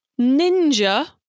ninja